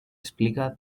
explica